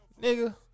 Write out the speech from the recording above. nigga